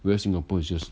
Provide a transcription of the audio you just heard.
where singapore is just